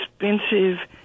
expensive